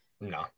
No